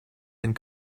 and